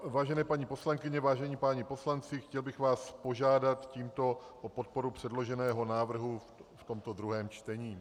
Vážené paní poslankyně, vážení páni poslanci, chtěl bych vás požádat tímto o podporu předloženého návrhu v tomto druhém čtení.